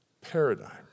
paradigm